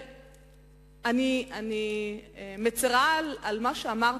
אני מצרה על מה שאמרת,